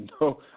no –